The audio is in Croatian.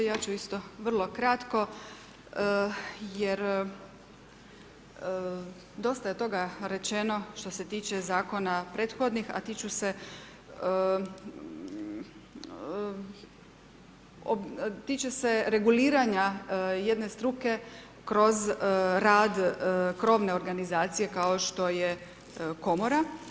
Ja ću isto vrlo kratko jer dosta je toga rečeno što se tiče Zakona prethodnih, a tiče se reguliranja jedne struke kroz rad krovne organizacije kao što je Komora.